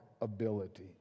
ability